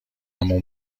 عمو